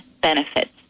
benefits